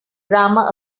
grammar